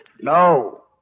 No